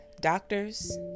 doctors